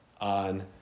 on